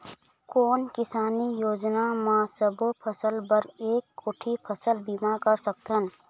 कोन किसानी योजना म सबों फ़सल बर एक कोठी फ़सल बीमा कर सकथन?